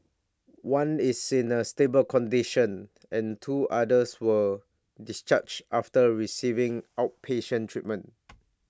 one is in A stable condition and two others were discharged after receiving outpatient treatment